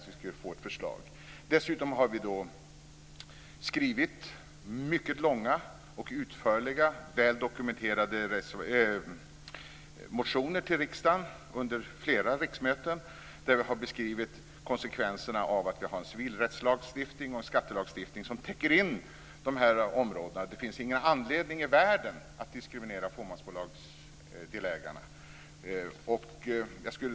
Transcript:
Dessutom har vi under flera riksmöten skrivit mycket långa, utförliga och väl dokumenterade motioner till riksdagen där vi har beskrivit konsekvenserna av att det finns en civilrättslagstiftning och en skattelagstiftning som täcker in dessa områden. Det finns ingen anledning i världen att diskriminera delägare i fåmansbolag.